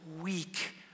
weak